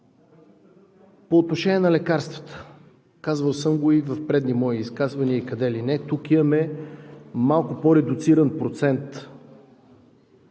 По отношение на лекарствата, казвал съм го и в предни мои изказвания, и къде ли не – тук имаме малко по-редуциран процент,